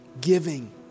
giving